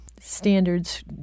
standards